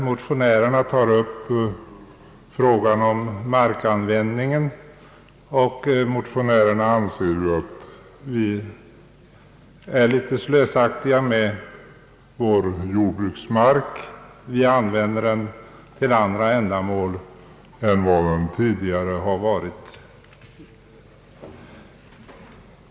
Motionärerna tar där upp frågan om markanvändningen och anser att vi är litet slösaktiga med vår jordbruksmark att vi använder den till andra ändamål än tidigare.